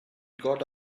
got